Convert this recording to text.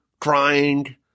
crying